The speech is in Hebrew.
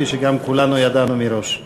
כפי שגם כולנו ידענו מראש.